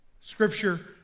Scripture